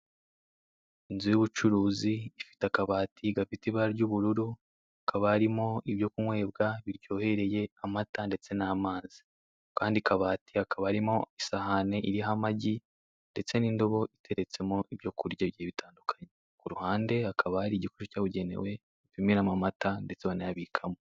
Inzu y'ubucuruzi ifite akabati gafite ibara ry'ubururu, hakaba harimo ibyo kunkwebwa ndetse n'amazi, mu kandi kabati hakaba harimo isahani iriho amagi, ndetse n'indobo iteretsemo ibyo kurya bigiye bitandukanye, ku ruhande hakaba hari igikoresho cyabugenewe banyweramo amata ndetse banayabikamo.